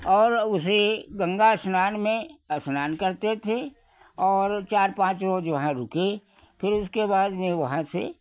और उसी गंगा स्नान में स्नान करते थे और चार पाँच रोज़ वहाँ रुके फिर उसके बाद में वहाँ से